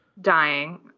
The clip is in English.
dying